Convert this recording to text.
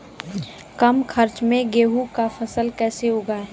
कम खर्च मे गेहूँ का फसल कैसे उगाएं?